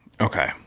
Okay